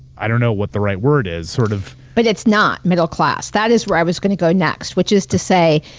i don't know what the right word is. sort of. but it's not middle class. that is where i was gonna go next, which is to say,